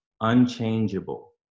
unchangeable